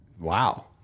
Wow